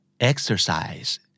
Exercise